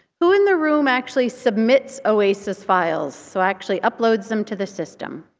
who in the room actually submits oasis files, so actually uploads them to the system?